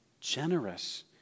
generous